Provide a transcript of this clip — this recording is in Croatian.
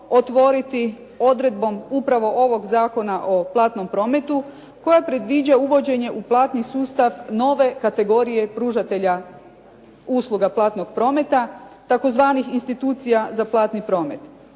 otvoriti odredbom upravom ovog Zakona o platnom prometu koje predviđa uvođenje u platni sustav nove kategorije pružatelja usluga platnog prometa, tzv. institucija za platni promet.